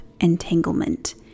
entanglement